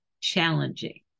challenging